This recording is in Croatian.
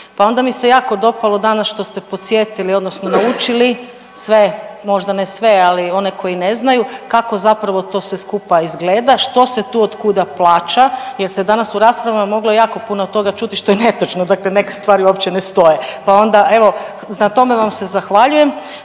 Pa onda mi se jako dopalo danas što ste podsjetili odnosno naučili sve, možda ne sve, ali one koji ne znaju, kako zapravo to sve skupa izgleda, što se tu otkuda plaća jel se danas u raspravama moglo jako puno toga čuti što je netočno, dakle neke stvari uopće ne stoje, pa onda evo na tome vam se zahvaljujem